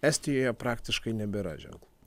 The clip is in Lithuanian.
estijoje praktiškai nebėra ženklų